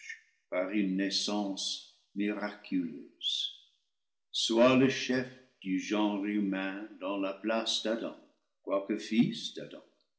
par une naissance mi raculeuse sois le chef du genre humain dans la place d'adam quoique fils